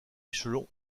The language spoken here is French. échelon